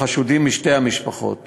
נגד חשודים משתי המשפחות